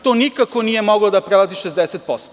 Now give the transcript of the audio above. To nikako nije moglo da prelazi 60%